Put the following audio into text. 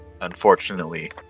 unfortunately